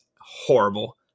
horrible